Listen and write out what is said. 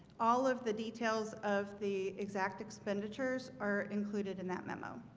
all of the details of the exact expenditures are included in that memo